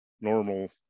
normal